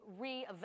reevaluate